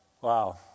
Wow